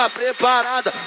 preparada